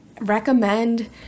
recommend